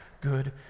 good